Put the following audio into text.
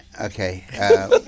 okay